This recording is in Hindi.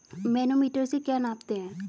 मैनोमीटर से क्या नापते हैं?